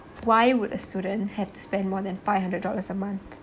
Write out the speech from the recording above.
why would a student have to spend more than five hundred dollars a month